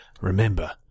remember